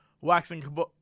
waxing